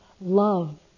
love